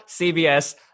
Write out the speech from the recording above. CBS